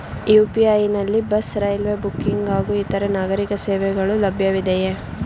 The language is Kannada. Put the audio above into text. ಯು.ಪಿ.ಐ ನಲ್ಲಿ ಬಸ್, ರೈಲ್ವೆ ಬುಕ್ಕಿಂಗ್ ಹಾಗೂ ಇತರೆ ನಾಗರೀಕ ಸೇವೆಗಳು ಲಭ್ಯವಿದೆಯೇ?